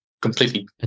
completely